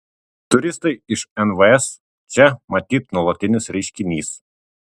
turistai iš nvs čia matyt nuolatinis reiškinys